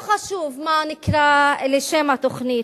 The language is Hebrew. לא חשוב מה שם התוכנית.